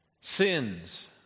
sins